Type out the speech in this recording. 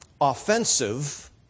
offensive